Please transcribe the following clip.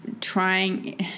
trying